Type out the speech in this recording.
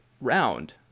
round